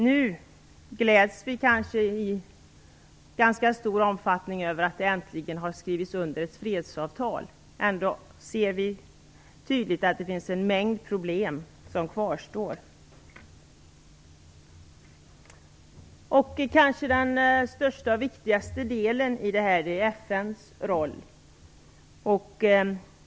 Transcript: Nu gläds vi kanske i ganska stor omfattning över att ett fredsavtal äntligen skrivits under, trots att vi tydligt ser att en mängd problem kvarstår. Den kanske största och viktigaste delen här är FN:s roll.